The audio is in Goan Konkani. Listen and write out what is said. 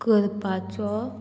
करपाचो